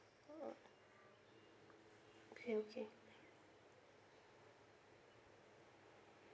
okay okay